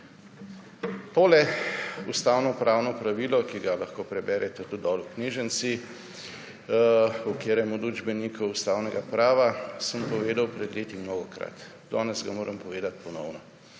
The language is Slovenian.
To ustavno pravno pravilo, ki ga lahko preberete tudi v knjižnici, v katerem od učbenikov ustavnega prava, sem povedal pred leti mnogokrat. Danes ga moram povedati ponovno.